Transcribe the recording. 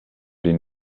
den